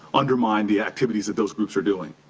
undermine the activities of those groups are doing.